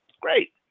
Great